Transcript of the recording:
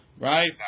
Right